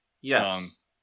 Yes